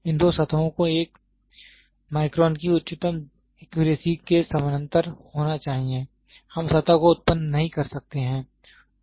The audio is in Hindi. इन दो सतहों को 1 माइक्रोन की उच्चतम एक्यूरेसी के समानांतर होना चाहिए हम सतह को उत्पन्न नहीं कर सकते